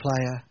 player